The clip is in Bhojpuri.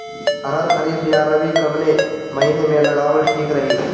अरहर खरीफ या रबी कवने महीना में लगावल ठीक रही?